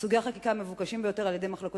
סוגי החקיקה המבוקשים ביותר על-ידי מחלקות